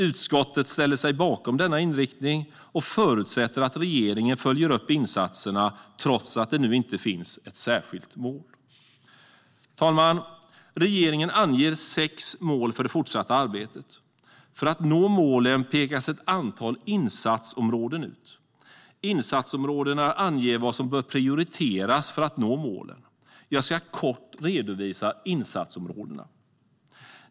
Utskottet ställer sig bakom denna inriktning och förutsätter att regeringen följer upp insatserna trots att det nu inte finns ett särskilt mål. Herr talman! Regeringen anger sex mål för det fortsatta arbetet. För att nå målen pekas ett antal insatsområden ut. Insatsområdena anger vad som bör prioriteras för att nå målen. Jag ska kort redovisa dessa insatsområden.